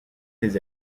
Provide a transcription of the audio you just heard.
des